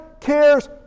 cares